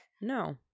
No